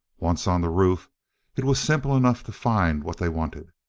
once on the roof it was simple enough to find what they wanted.